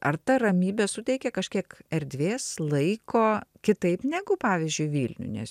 ar ta ramybė suteikia kažkiek erdvės laiko kitaip negu pavyzdžiui vilniuj nes